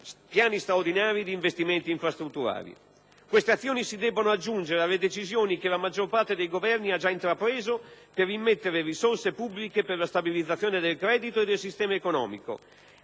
piani straordinari di investimenti infrastrutturali. Queste azioni si debbono aggiungere alle decisioni che la maggior parte dei Governi ha già intrapreso per immettere risorse pubbliche per la stabilizzazione del credito e del sistema economico.